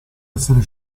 essere